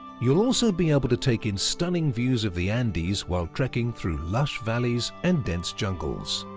you'll also be able to take in stunning views of the andes while trekking through lush valleys and dense jungles.